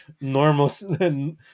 normal